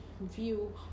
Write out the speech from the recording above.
view